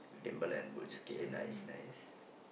Timberland boots kay nice nice